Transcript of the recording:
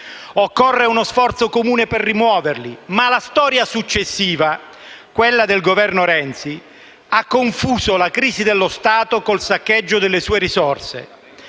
Occorre uno sforzo comune per rimuoverli, ma la storia successiva, quella del Governo Renzi, ha confuso la crisi dello Stato col saccheggio delle sue risorse,